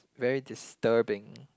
very disturbing